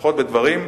לפחות בדברים,